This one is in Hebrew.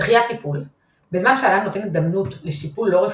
דחיית טיפול – בזמן שאדם נותן הזדמנות לטיפול לא רפואי,